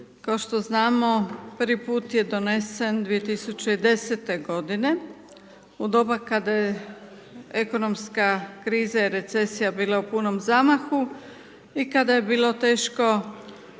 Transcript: Kao što znamo, prvi puta je donesen 2010. godine u doba kaka je ekonomska kriza i recesija bile u punom zamahu i kada je bilo teško